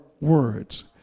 words